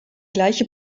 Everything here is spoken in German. gleiche